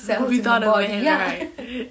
without a man right